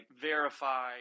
verify